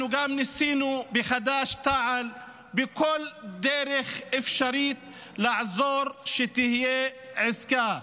אנחנו בחד"ש-תע"ל גם ניסינו בכל דרך אפשרית לעזור שתהיה עסקה.